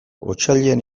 otsailean